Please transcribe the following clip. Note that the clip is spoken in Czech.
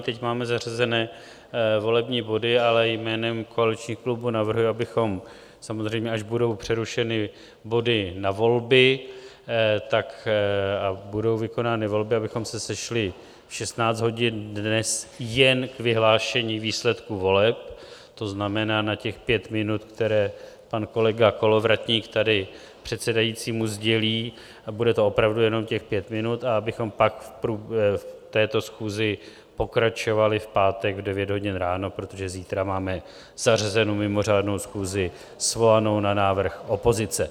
Teď máme zařazené volební body, ale jménem koaličních klubů navrhuji, abychom samozřejmě až budou přerušeny body na volby a budou vykonány volby abychom se sešli v 16 hodin dnes jen k vyhlášení výsledků voleb, to znamená na pět minut, které pan kolega Kolovratník tady předsedajícímu sdělí, a bude to opravdu jen těch pět minut, a abychom pak v této schůzi pokračovali v pátek v 9 hodin ráno, protože zítra máme zařazenu mimořádnou schůzi svolanou na návrh opozice.